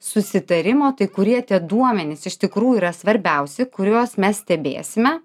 susitarimo tai kurie tie duomenys iš tikrųjų yra svarbiausi kuriuos mes stebėsime